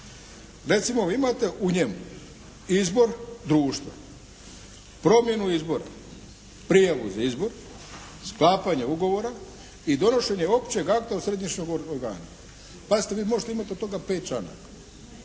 Recimo, vi imate u njemu izbor društva, promjenu izbora, prijavu za izbor, sklapanje ugovora i donošenje općeg akta od središnjeg organa. Pazite, vi možete imati od toga pet članaka,